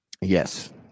Yes